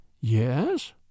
Yes